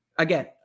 Again